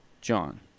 John